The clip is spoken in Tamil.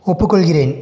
ஒப்புக்கொள்கிறேன்